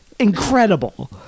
incredible